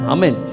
Amen